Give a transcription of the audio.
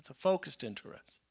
focused interest.